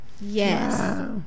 Yes